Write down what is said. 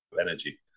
energy